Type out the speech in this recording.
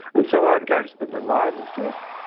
and so i'd go to the reliable source.